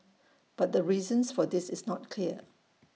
but the reasons for this is not clear